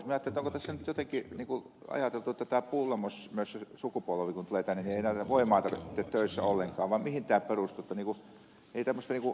minä ajattelin että onko tässä jotenkin niin ajateltu että kun tämä pullamössösukupolvi tulee tänne niin ei enää voimaa tarvita töissä ollenkaan vai mihin tämä perustuu